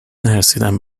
نرسیدم